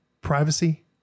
privacy